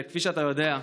כפי שאתה יודע,